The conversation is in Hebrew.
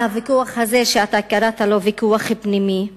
על הוויכוח הזה, שקראת לו ויכוח פנימי?